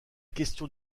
question